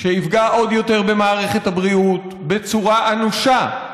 שיפגע עוד יותר במערכת הבריאות, בצורה אנושה.